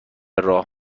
راه